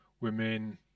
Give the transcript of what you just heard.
women